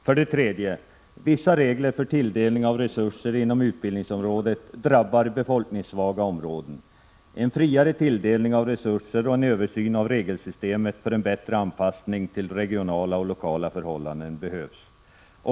För det tredje: Vissa regler för tilldelning av resurser inom utbildningsområdet drabbar befolkningssvaga områden. En friare tilldelning av resurser och en översyn av regelsystemet för en bättre anpassning till regionala och lokala förhållanden behövs.